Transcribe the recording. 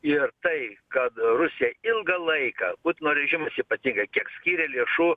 ir tai kad rusija ilgą laiką putino režimas ypatingai kiek skyrė lėšų